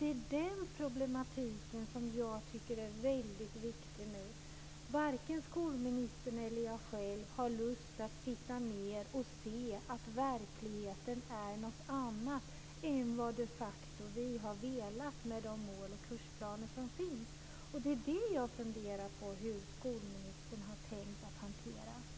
Det är den problematiken som jag tycker är väldigt viktig. Varken skolministern eller jag själv har lust att sitta ned och se att verkligheten är något annat än vad vi de facto har velat med de mål och kursplaner som finns. Det jag har funderat på är hur skolministern har tänkt att hantera det.